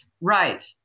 right